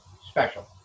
special